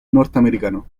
norteamericano